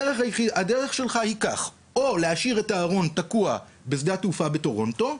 הדרך שלך היא כך: או להשאיר את הארון תקוע בשדה התעופה בטורונטו,